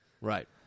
Right